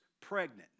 pregnant